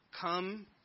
Come